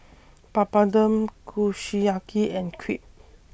Papadum Kushiyaki and Crepe